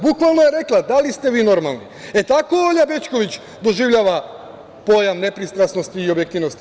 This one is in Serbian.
Bukvalno joj je rekla: „Da li ste vi normalni?“ E, tako Olja Bećković doživljava pojam nepristrasnosti i objektivnosti.